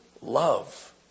love